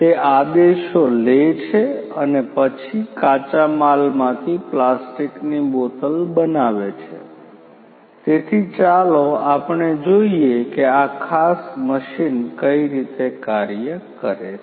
તે આદેશો લે છે અને પછી કાચા માલ માંથી પ્લાસ્ટિકની બોટલ બનાવે છે તેથી ચાલો આપણે જોઈએ કે આ ખાસ મશીન કઈ રીતે કાર્ય કરે છે